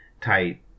type